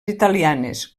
italianes